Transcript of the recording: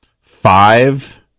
five